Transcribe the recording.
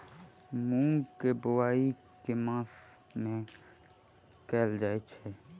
मूँग केँ बोवाई केँ मास मे कैल जाएँ छैय?